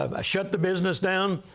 um i shut the business down,